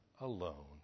alone